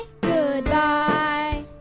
goodbye